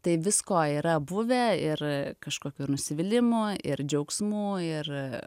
tai visko yra buvę ir kažkokio ir nusivylimo ir džiaugsmų ir